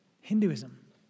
Hinduism